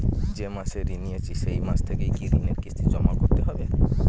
যে মাসে ঋণ নিয়েছি সেই মাস থেকেই কি ঋণের কিস্তি জমা করতে হবে?